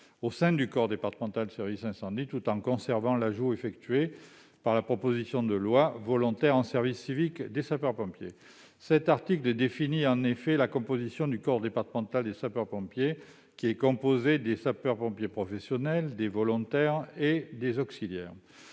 au sein du corps départemental des services d'incendie, tout en conservant l'ajout effectué par la proposition de loi sur le volontariat en service civique des sapeurs-pompiers. Cet article définit la composition du corps départemental des sapeurs-pompiers, avec des sapeurs-pompiers professionnels, des volontaires et des auxiliaires.